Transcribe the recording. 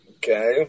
Okay